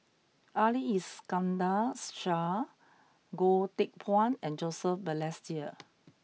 Ali Iskandar Shah Goh Teck Phuan and Joseph Balestier